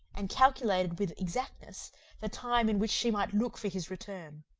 and calculated with exactness the time in which she might look for his return.